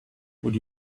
would